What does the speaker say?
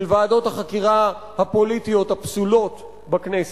של ועדות החקירה הפוליטיות הפסולות בכנסת.